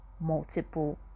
multiple